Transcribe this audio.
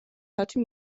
მათი